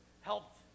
helped